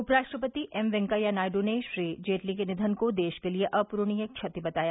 उपराष्ट्रपति एम वेंकैया नायडू ने श्री जेटली के निबन को देश के लिए अपूर्णीय क्षति बताया